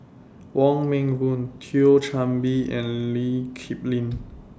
Wong Meng Voon Thio Chan Bee and Lee Kip Lin